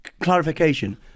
Clarification